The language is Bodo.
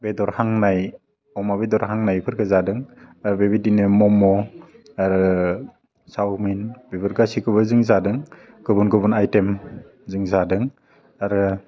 बेदर हांनाय अमा बेदर हांनायफोरखौ जादों आर बेबायदिनो मम' आरो चावमिन बेफोर गासिखौबो जों जादों गुबुन गुबुन आइटेम जों जादों आरो